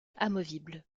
amovible